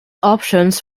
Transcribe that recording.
options